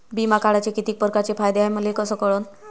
बिमा काढाचे कितीक परकारचे फायदे हाय मले कस कळन?